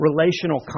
relational